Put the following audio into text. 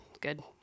Good